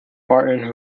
barton